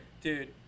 dude